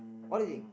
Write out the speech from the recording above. what you think